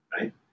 right